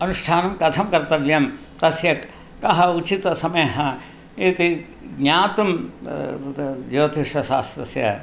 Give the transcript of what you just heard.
अनुष्ठानं कथं कर्तव्यं तस्य कः उचितसमयः इति ज्ञातुं त तत् ज्योतिषशास्त्रस्य